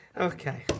Okay